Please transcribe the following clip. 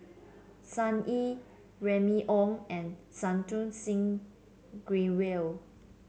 Sun Yee Remy Ong and Santokh Singh Grewal